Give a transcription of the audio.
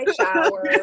shower